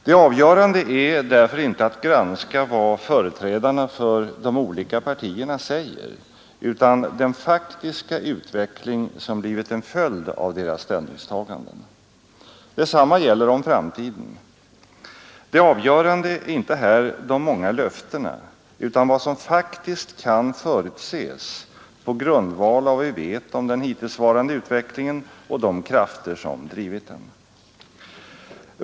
Det avgörande är därför inte att granska vad företrädarna för de olika partierna säger utan den faktiska utveckling som blivit en följd av deras ställningstaganden. Detsamma gäller om framtiden. Det avgörande är inte här de många löftena utan vad som faktiskt kan förutses på grundval av vad vi vet om den hittillsvarande utvecklingen och de krafter som drivit den.